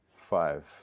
five